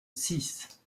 six